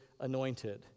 anointed